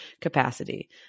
capacity